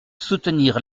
soutenir